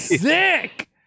sick